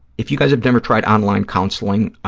if you guys have never tried online counseling,